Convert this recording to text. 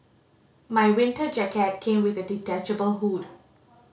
my winter jacket came with a detachable hood